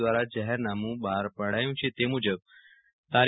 દ્વારા જાહેરનામું બફાર પડ્યું છે તેથી તા